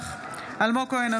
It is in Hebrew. נוכח אלמוג כהן,